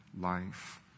life